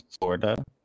Florida